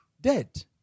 dead